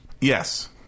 Yes